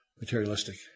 materialistic